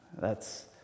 thats